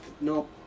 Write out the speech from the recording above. no